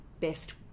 best